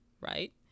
right